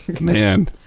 Man